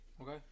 Okay